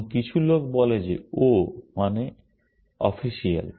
এবং কিছু লোক বলে যে O মানে অফিসিয়াল